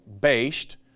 based